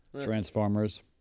Transformers